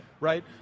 right